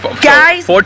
guys